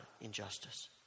injustice